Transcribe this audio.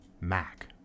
Mac